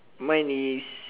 mine is